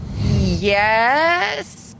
Yes